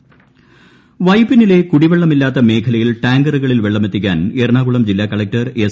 കുടിവെള്ള പ്രശ്നം വൈപ്പിനിലെ കുടിവെള്ളമില്ലാത്ത് മേഖലയിൽ ടാങ്കറുകളിൽ വെള്ള്മെത്തിക്കാൻ എറണ്ടാക്കുളം ജില്ലാ കളക്ടർ എസ്